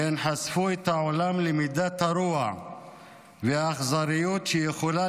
והן חשפו את העולם למידת הרוע והאכזריות שיכולות